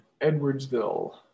Edwardsville